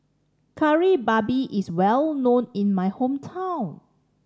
Kari Babi is well known in my hometown